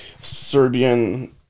Serbian